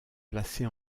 placée